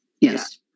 yes